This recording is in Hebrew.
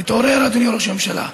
תתעורר, אדוני ראש הממשלה.